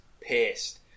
pissed